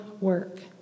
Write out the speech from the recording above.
work